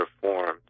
performed